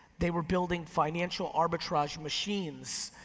they were building financial arbitrage machines.